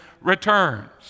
returns